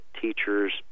teachers